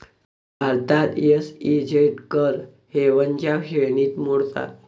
भारतात एस.ई.झेड कर हेवनच्या श्रेणीत मोडतात